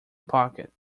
pocket